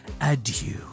adieu